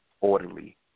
Orderly